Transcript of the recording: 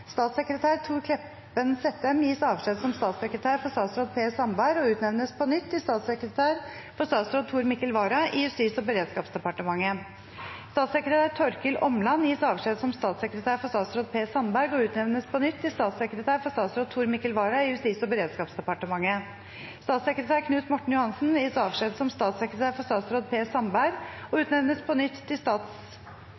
Statssekretær Thor Kleppen Sættem gis avskjed som statssekretær for statsråd Per Sandberg og utnevnes på nytt til statssekretær for statsråd Tor Mikkel Vara i Justis- og beredskapsdepartementet. Statssekretær Torkil Åmland gis avskjed som statssekretær for statsråd Per Sandberg og utnevnes på nytt til statssekretær for statsråd Tor Mikkel Vara i Justis- og beredskapsdepartementet. Statssekretær Knut Morten Johansen gis avskjed som statssekretær for statsråd Per Sandberg og